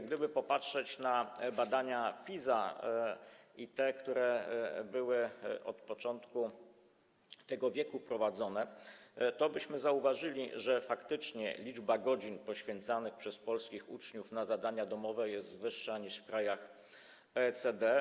Gdybyśmy popatrzyli na badania PISA i te, które były od początku tego wieku prowadzone, tobyśmy zauważyli, że faktycznie liczba godzin poświęcanych przez polskich uczniów na zadania domowe jest większa niż w krajach OECD.